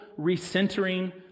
recentering